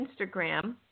Instagram